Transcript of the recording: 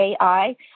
AI